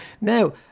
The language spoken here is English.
Now